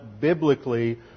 biblically